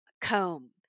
comb